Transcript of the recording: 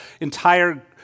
entire